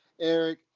eric